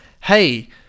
hey